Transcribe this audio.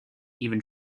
even